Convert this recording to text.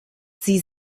sie